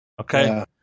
Okay